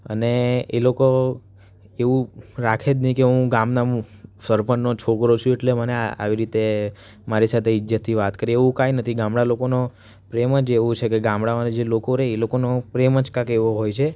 અને એ લોકો એવું રાખે જ નહીં કે હું ગામના મુ સરપંચનો છોકરો છું એટલે મને આ આવી રીતે મારી સાથે ઇજ્જતથી વાત કરીએ એવું કાંઈ નથી ગામડા લોકોનો પ્રેમ જ એવો છે કે ગામડામાં જે લોકો રહે એ લોકોનો પ્રેમ જ કાંઈક એવો હોય છે